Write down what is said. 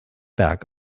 berg